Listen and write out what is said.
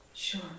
Sure